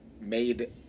made